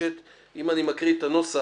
מחודשת אם אני מקריא את הנוסח